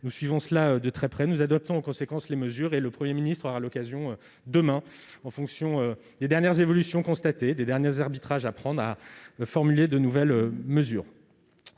Nous suivons cela de très près et nous adoptons, en conséquence, les mesures qui s'imposent. Le Premier ministre aura donc l'occasion, demain, en fonction des dernières évolutions constatées et des ultimes arbitrages, de formuler de nouvelles mesures.